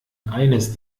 eines